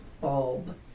bulb